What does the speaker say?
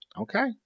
Okay